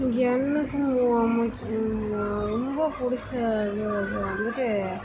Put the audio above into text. எனக்கு ரொம் ரொம்ப பிடிச்ச இது இது வந்துட்டு